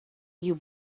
you